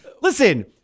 listen